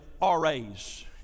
RA's